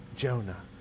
Jonah